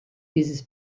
dieses